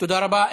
תודה רבה.